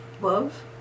love